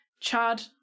Chad